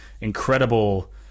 incredible